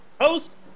host